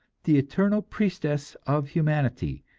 the eternal priestess of humanity,